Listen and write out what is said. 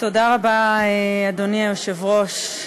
תודה רבה, אדוני היושב-ראש.